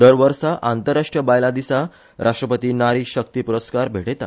दर वर्सा आंतरराष्ट्रीय बायलां दिसा राष्ट्रपती नारी शक्ती पुरस्कार भेटयता